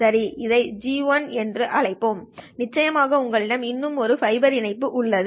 சரி இதை ஜி 1 என்று அழைப்போம் நிச்சயமாக உங்களிடம் இன்னும் ஒரு ஃபைபர் இணைப்பு உள்ளது